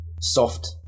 soft